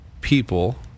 people